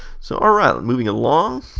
so all right, moving along,